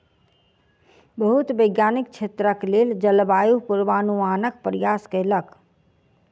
बहुत वैज्ञानिक क्षेत्रक लेल जलवायु पूर्वानुमानक प्रयास कयलक